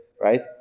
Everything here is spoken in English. right